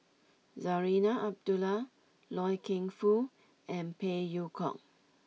Zarinah Abdullah Loy Keng Foo and Phey Yew Kok